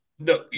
No